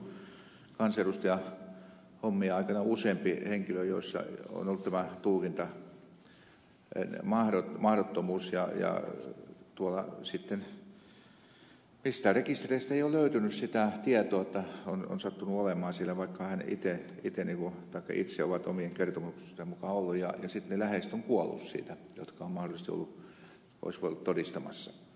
itsellenikin on sattunut kansanedustajahommien aikana useampi henkilö jolla on ollut tämä tulkintamahdottomuus ja tuolta sitten mistään rekistereistä ei ole löytynyt sitä tietoa että on sattunut olemaan siellä rintamalla vaikka he itse ovat omien kertomustensa mukaan olleet ja sitten ne läheiset ovat kuolleet jotka olisivat mahdollisesti voineet olla todistamassa